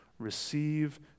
Receive